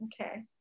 Okay